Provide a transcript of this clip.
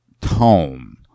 tome